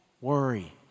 worry